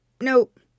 Nope